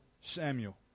Samuel